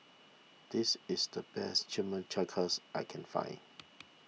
this is the best Chimichangas I can find